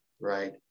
right